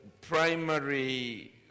primary